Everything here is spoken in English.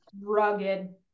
rugged